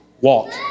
walk